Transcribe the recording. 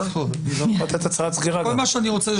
בפעם הבאה.